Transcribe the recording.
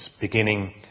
beginning